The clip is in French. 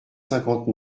cinquante